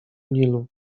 nilu